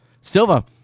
Silva